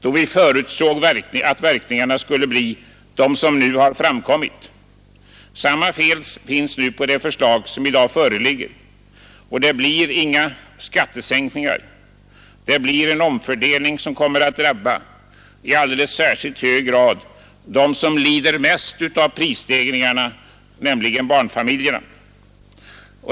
då vi förutsåg att verkningarna skulle bli de som nu har framkommit. Samma fel finns i det förslag som i dag föreligger. Det blir inga skattesänkningar — det blir en omfördelning som kommer att drabba i alldeles särskilt hög grad dem som lider mest av prisstegringarna, nämligen bamfamiljerna.